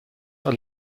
are